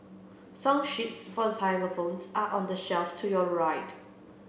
song sheets for xylophones are on the shelf to your right